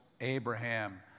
Abraham